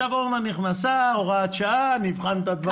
כשאורנה נכנסה אז הוראת שעה, נבחן את הדברים.